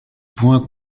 point